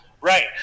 Right